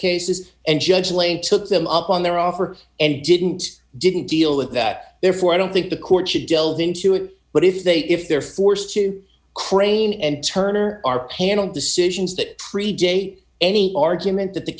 cases and judge lane took them up on their offer and didn't didn't deal with that therefore i don't think the court should delve into it but if they if they're forced to crane and turner our panel decisions that pre date any argument that the